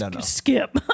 Skip